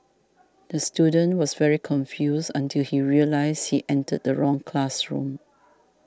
the student was very confused until he realised he entered the wrong classroom